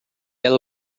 ela